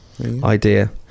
idea